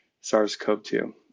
SARS-CoV-2